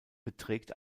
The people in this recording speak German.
beträgt